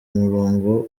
umurongo